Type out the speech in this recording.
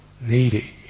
needy